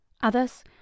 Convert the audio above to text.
Others